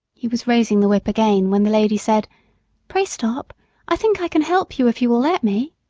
he was raising the whip again, when the lady said pray, stop i think i can help you if you will let me.